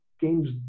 games